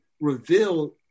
revealed